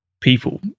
people